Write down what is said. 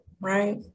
right